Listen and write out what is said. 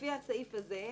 לפי הסעיף הזה,